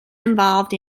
involved